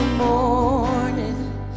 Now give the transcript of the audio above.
morning